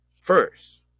First